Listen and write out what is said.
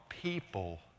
People